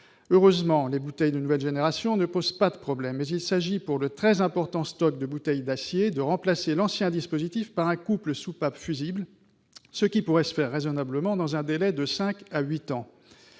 Heureusement, les bouteilles de nouvelle génération ne posent pas de problème. Mais il s'agit pour le très important stock de bouteilles d'acier de remplacer l'ancien dispositif par un couple soupape-fusible, ce qui pourrait se faire raisonnablement dans un délai de cinq à huit ans.